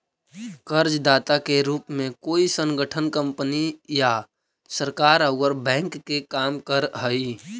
कर्जदाता के रूप में कोई संगठन कंपनी या सरकार औउर बैंक के काम करऽ हई